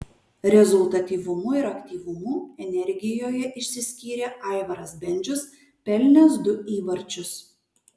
rezultatyvumu ir aktyvumu energijoje išsiskyrė aivaras bendžius pelnęs du įvarčius